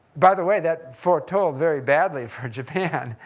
by the way, that foretold very badly for japan.